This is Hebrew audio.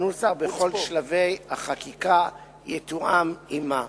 שהנוסח בכל שלבי החקיקה יתואם עמה.